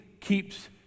keeps